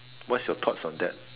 what's your thoughts on that